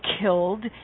killed